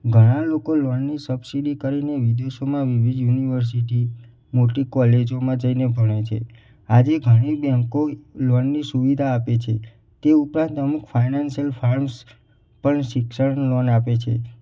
ઘણા લોકો લોનની સબસીડી કરીને વિદેશોમાં વિવિધ યુનિવર્સિટી મોટી કોલેજોમાં જઈને ભણે છે આજે ઘણી બૅંકો લોનની સુવિધા આપે છે તે ઉપરાંત અમુક ફાયનાન્શિયલ ફંડ્સ પણ શિક્ષણ લોન આપે છે